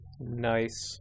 Nice